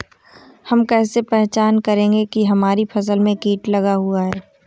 हम कैसे पहचान करेंगे की हमारी फसल में कीट लगा हुआ है?